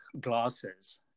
glasses